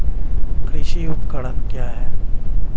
कृषि उपकरण क्या है?